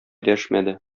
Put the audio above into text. дәшмәде